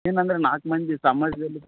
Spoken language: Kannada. ಏನಂದರೆ ನಾಲ್ಕು ಮಂದಿ ಸಮಾಜದಲ್ಲಿ